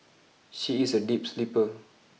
she is a deep sleeper